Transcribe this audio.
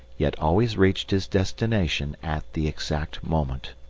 yet always reached his destination at the exact moment.